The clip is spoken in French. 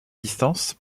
distance